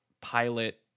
pilot